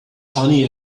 funny